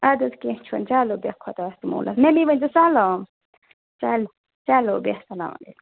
اَدٕ حظ کیٚنٛہہ چھُنہٕ چلو بِیَہہ خۄدایَس موال مَمِی ؤنۍ زیٚو سَلام چل چلو بیٚہہ اسَلام علیکُم